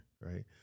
right